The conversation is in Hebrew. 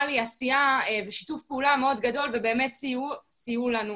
לי עשיה ושיתוף פעולה מאוד גדול ובאמת סייעו לנו.